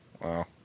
Wow